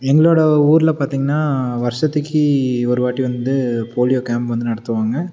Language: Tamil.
எங்களோடய ஊரில் பார்த்திங்கன்னா வர்ஷத்துக்கு ஒருவாட்டி வந்து போலியோ கேம்ப் வந்து நடத்துவாங்க